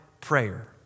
prayer